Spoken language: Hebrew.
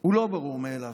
הוא לא ברור מאליו,